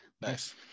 Nice